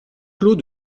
clos